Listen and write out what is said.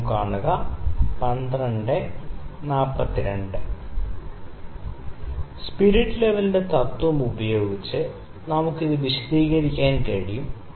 spirit ലെവലിന്റെ തത്വം ഉപയോഗിച്ച് എനിക്ക് ഇത് വിശദീകരിക്കാൻ കഴിയും